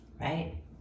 right